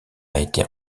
été